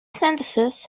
sentences